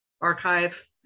archive